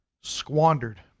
squandered